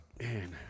Man